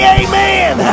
amen